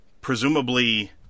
presumably